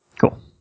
Cool